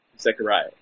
Zechariah